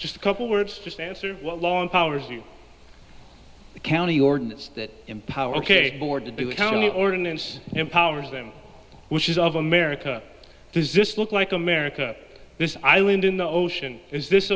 just a couple words just answer what law empowers you the county ordinance that empower ok board to do the county ordinance empowers them which is of america does this look like america this island in the ocean is this